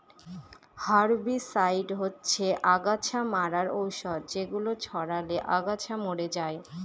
herbicide হচ্ছে অগাছা মারার ঔষধ যেগুলো ছড়ালে আগাছা মরে যায়